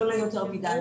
קודם כול,